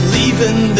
leaving